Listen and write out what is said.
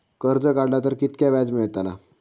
कर्ज काडला तर कीतक्या व्याज मेळतला?